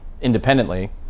independently